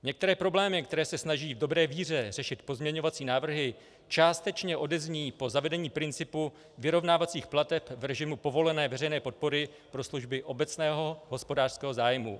Některé problémy, které se snaží v dobré víře řešit pozměňovací návrhy, částečně odezní po zavedení principu vyrovnávacích plateb v režimu povolené veřejné podpory pro služby obecného hospodářského zájmu.